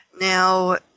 Now